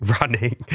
running